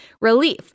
relief